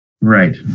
Right